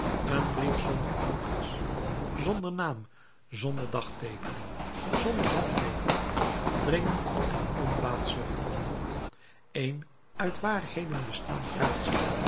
een brief zonder adres zonder naam zonder dagteekening zonder handteekening dringend en onbaatzuchtig een uit waarheden bestaand raadsel